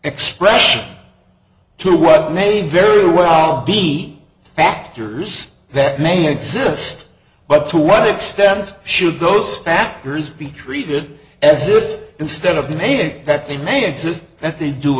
expression to what may very well be factors that may exist but to what extent should those factors be treated as it instead of the many think that they may exist that they do